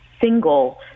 single